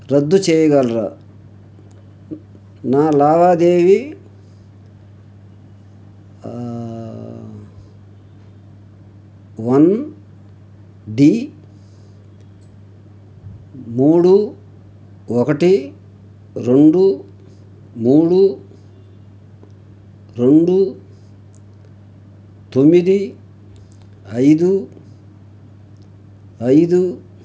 రద్దు చేయగలరా నా లావాదేవీ వన్ డి మూడు ఒకటి రెండు మూడు రెండు తొమ్మిది ఐదు ఐదు